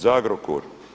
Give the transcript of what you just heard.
Za Agrokor?